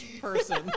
person